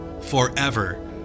forever